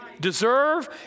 deserve